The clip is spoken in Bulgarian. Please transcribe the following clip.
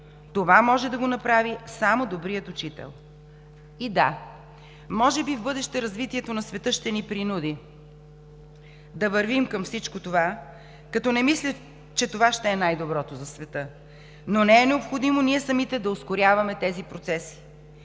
това може да го направи само добрият учител. И – да, може би в бъдеще развитието на света ще ни принуди да вървим към всичко това, като не мисля, че това ще е най-доброто за света, но не е необходимо ние самите да ускоряваме тези процеси.